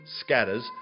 scatters